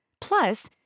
Plus